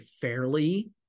fairly